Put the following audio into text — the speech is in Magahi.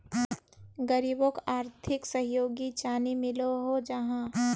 गरीबोक आर्थिक सहयोग चानी मिलोहो जाहा?